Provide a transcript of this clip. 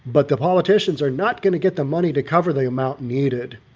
but the politicians are not going to get the money to cover the amount needed.